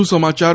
વધુ સમાચાર